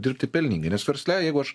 dirbti pelningai nes versle jeigu aš